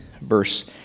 Verse